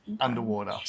underwater